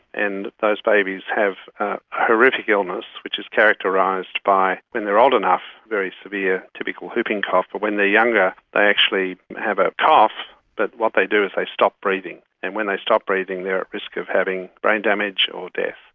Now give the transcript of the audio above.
and those babies have a horrific illness which is characterised by, when they are old enough, very severe typical whooping cough, but when they are younger they actually have a cough but what they do is they stop breathing. and when they stop breathing they are at risk of having brain damage or death.